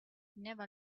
never